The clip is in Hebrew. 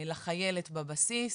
לחיילת בבסיס,